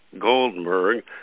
goldberg